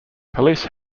police